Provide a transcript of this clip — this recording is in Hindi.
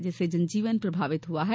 जिससे जनजीवन प्रभावित हुआ है